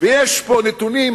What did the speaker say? יש פה נתונים,